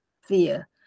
fear